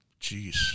Jeez